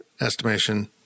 estimation